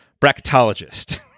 Bracketologist